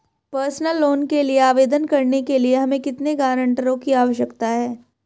Personal loan के लिए आवेदन करने के लिए हमें कितने गारंटरों की आवश्यकता है?